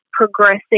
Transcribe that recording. progressing